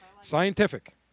Scientific